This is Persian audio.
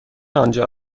آنجا